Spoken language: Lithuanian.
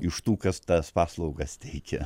iš tų kas tas paslaugas teikė